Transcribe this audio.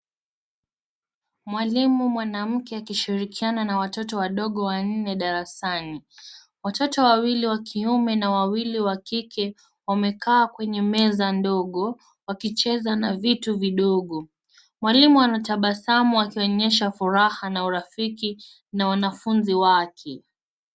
Mwalimu mwanamke akishirikiana na watoto wadogo wanne darasani. Watoto wawili wa kiume na wawili wa kike wamekaa kwenye meza ndogo wakicheza na vitu vidogo. Mwalimu anatabasamu akionyesha furaha na urafiki na wanafunzi wake.